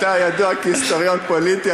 אתה ידוע כהיסטוריון פוליטי,